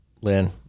Lynn